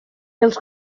els